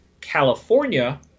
California